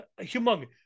Humongous